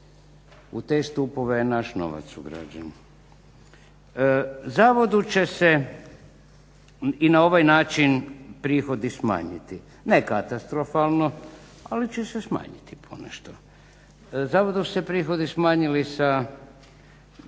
U te stupove je naš novac ugrađen. Zavodu će se i na ovaj način prihodi smanjiti, ne katastrofalno, ali će se smanjiti ponešto. Zavodu su se prihodi smanjili sa